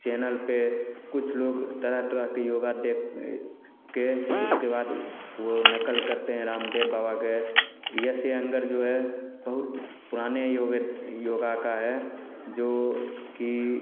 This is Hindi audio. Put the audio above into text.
चैनल पर कुछ लोग तरह तरह के योगा देख कर उसके बाद वे नकल करते हैं रामदेव बाबा के यस यंगर जो है बहुत पुराने योगा का है जो कि